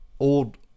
Old